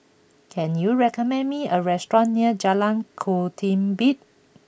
can you recommend me a restaurant near Jalan Ketumbit